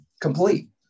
complete